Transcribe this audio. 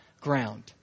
ground